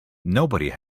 nobody